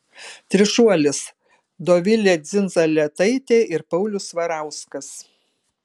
trišuolis dovilė dzindzaletaitė ir paulius svarauskas